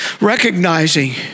Recognizing